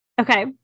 Okay